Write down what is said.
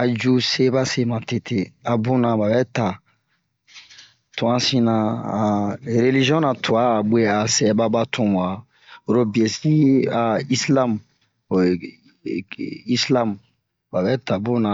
a ju se ba se ma tete a buna ba bɛ ta tu'asina a relizion na twa a bwe a'a sɛba ba tun wa'a oro biyɛ si a islam ho islam ba bɛ tamu na